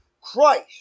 Christ